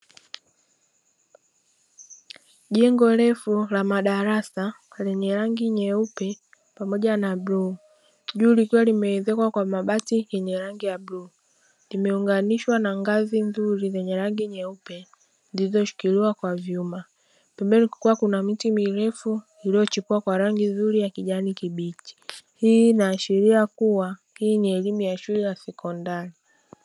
Jengo refu la madarasa lenye rangi nyeupe pamoja na bluu, juu likiwa limeezekwa mabati yenye rangi ya bluu. Limeunganishwa na ngazi nzuri zenye rangi nyeupe; zilizoshikiliwa kwa vyuma. Pembeni kukiwa kuna miti mirefu iliyochipua kwa rangi nzuri ya kijani kibichi. Hii inaashiria kuwa hii ni elimu ya shule ya sekondari.